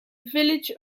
village